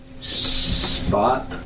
spot